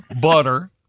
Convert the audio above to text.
butter